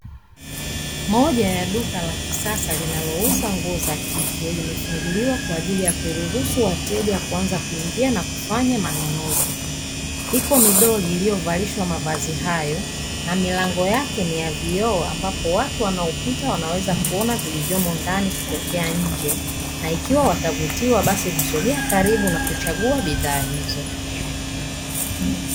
Moja ya duka la kisasa linalouza nguo za kike limefunguliwa kwa ajili ya kuruhusu wateja kuanza kuingia na kufanya manunuzi. Ipo midoli iliyovalishwa mavazi hayo na milango yake ni ya vioo ambapo watu wanaopita wanaweza kuona vilivyomo ndani kutokea nje na ikiwa watavutiwa basi husogea karibu na kuchagua bidhaa hizo.